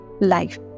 life